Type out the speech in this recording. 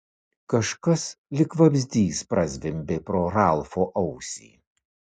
kažkas lyg vabzdys prazvimbė pro ralfo ausį